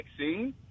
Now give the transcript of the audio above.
vaccine